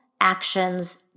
actions